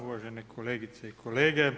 Uvažene kolegice i kolege.